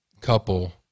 couple